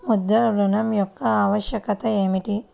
ముద్ర ఋణం యొక్క ఆవశ్యకత ఏమిటీ?